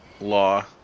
law